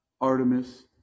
Artemis